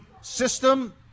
system